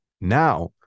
Now